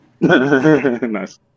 Nice